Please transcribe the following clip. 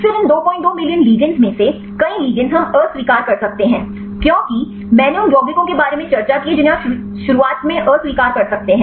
फिर इन 22 million ligands में से कई लिगैंड्स हम अस्वीकार कर सकते हैं क्योंकि मैंने उन यौगिकों के बारे में चर्चा की है जिन्हें आप शुरुआत में अस्वीकार कर सकते हैं